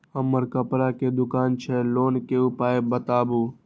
हमर कपड़ा के दुकान छै लोन के उपाय बताबू?